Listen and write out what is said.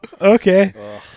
okay